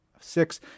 six